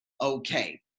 okay